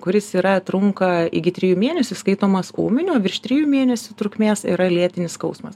kuris yra trunka iki trijų mėnesių skaitomas ūminiu o virš trijų mėnesių trukmės yra lėtinis skausmas